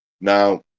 Now